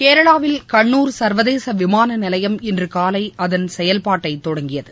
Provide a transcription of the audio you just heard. கேரளாவில் கண்ணூர் சர்வதேச விமானநிலையம் இன்று காலை அதன் செயல்பாட்டை தொடங்கியது